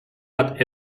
hat